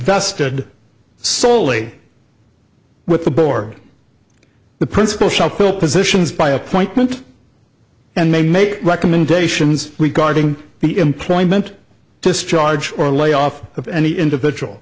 vested solely with the board the principal shall fill positions by appointment and may make recommendations regarding the employment discharge or layoff of any individual